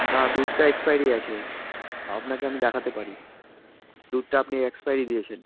না দুধটা এক্সপায়ারি আছে আপনাকে আমি দেখাতে পারি দুধটা আপনি এক্সপায়ারি দিয়েছেন